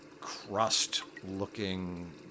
crust-looking